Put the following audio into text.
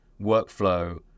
workflow